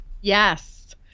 Yes